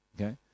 Okay